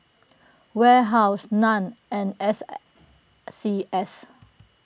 Warehouse Nan and S C S